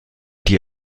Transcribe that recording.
die